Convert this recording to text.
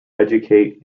educate